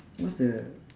what's the